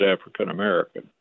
African-American